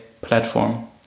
platform